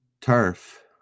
turf